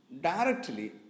directly